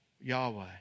Yahweh